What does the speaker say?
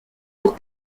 pour